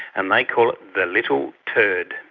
and they call it the little turd.